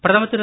பிரதமர் திரு